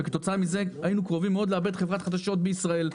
והיינו קרובים מאוד לאבד חדשות בישראל.